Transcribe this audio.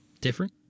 different